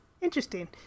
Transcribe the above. Interesting